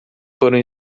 foram